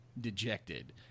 dejected